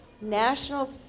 National